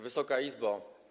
Wysoka Izbo!